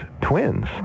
twins